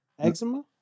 eczema